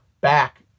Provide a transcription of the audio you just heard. back